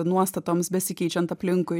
nuostatoms besikeičiant aplinkui